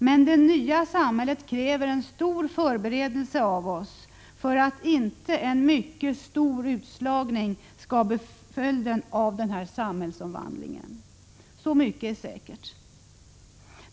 Men det nya samhället kräver en stor förberedelse av oss för att inte en mycket stor utslagning skall bli följden av samhällsomvandlingen. Så mycket är säkert.